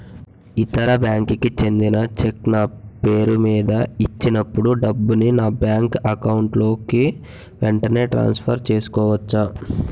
ఇతర బ్యాంక్ కి చెందిన చెక్ నా పేరుమీద ఇచ్చినప్పుడు డబ్బుని నా బ్యాంక్ అకౌంట్ లోక్ వెంటనే ట్రాన్సఫర్ చేసుకోవచ్చా?